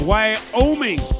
Wyoming